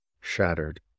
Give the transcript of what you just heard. shattered